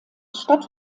stadt